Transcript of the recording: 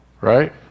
right